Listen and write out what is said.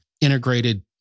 integrated